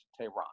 Tehran